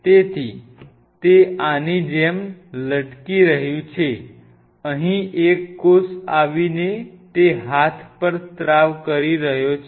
તેથી તે આની જેમ લટકી રહ્યું છે અહીં એક કોષ આવીને તે હાથ પર સ્ત્રાવ કરી રહ્યો છે